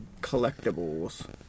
collectibles